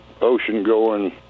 ocean-going